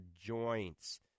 joints